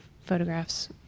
photographs